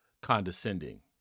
condescending